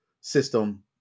system